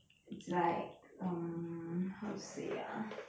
it's like um how to say ah